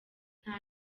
nta